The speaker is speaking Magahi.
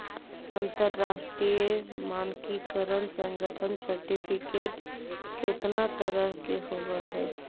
अंतरराष्ट्रीय मानकीकरण संगठन सर्टिफिकेट केतना तरह के होब हई?